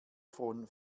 von